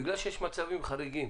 בגלל שיש מצבים חריגים